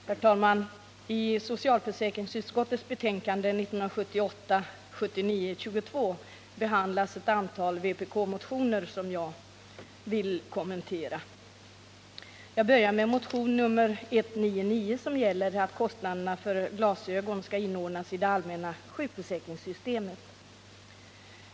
Herr talman! I socialförsäkringsutskottets betänkande 1978/79:22 behandlas ett antal vpk-motioner, som jag vill kommentera. Jag börjar med motion nr 199, som gäller att kostnaderna för glasögon skall inordnas i det allmänna sjukförsäkringssystemet.